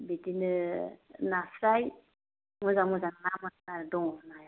बिदिनो नास्राय मोजां मोजां ना मोनो दं